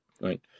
Right